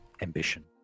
ambition